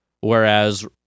Whereas